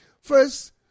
First